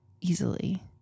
easily